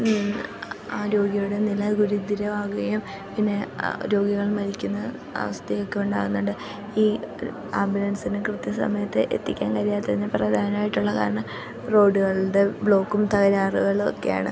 ഇന്ന് ആ രോഗിയുടെ നില ഗുരുതരമാകുകയും പിന്നെ ആ രോഗികൾ മരിക്കുന്ന അവസ്ഥയൊക്കെ ഉണ്ടാകുന്നുണ്ട് ഈ ആംബുലൻസിന് കൃത്യ സമയത്ത് എത്തിക്കാൻ കഴിയാത്തതിന് പ്രധാനായിട്ട് ഉള്ള കാരണം റോഡുകളുടെ ബ്ലോക്കും തകരാറുകളും ഒക്കെയാണ്